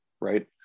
right